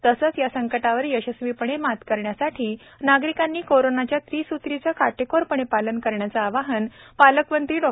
तसेच या संकटावर यशस्वीपणे मात करण्यासाठी नागरिकांनी कोरोनाच्या त्रिस्त्रीचे काटेकोरपणे पालन करण्याचे आवाहन पालकमंत्री डॉ